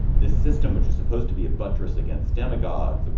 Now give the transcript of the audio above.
this system, which is supposed to be a buttress against demagogues, but